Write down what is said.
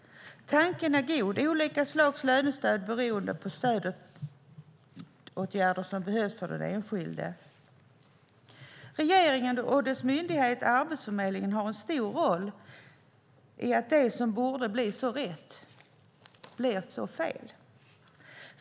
Tanken är god: Olika slags lönestöd beroende på de stödåtgärder som behövs för den enskilde. Regeringen och dess myndighet Arbetsförmedlingen har en stor roll i att det som borde bli så rätt blir så fel.